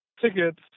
tickets